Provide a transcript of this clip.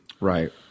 Right